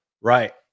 right